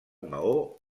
maó